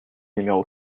numéro